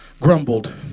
grumbled